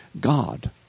God